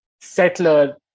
settler